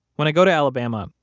when i go to alabama,